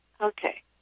Okay